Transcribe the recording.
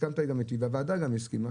גם הוועדה הסכימה,